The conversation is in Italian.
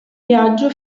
viaggio